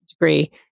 degree